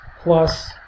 Plus